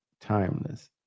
timeless